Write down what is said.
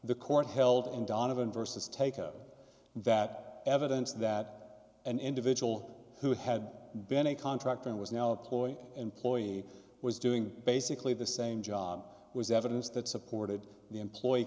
the court held in donovan versus take that evidence that an individual who had been a contractor and was now a ploy employee was doing basically the same job was evidence that supported the employee